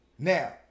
Now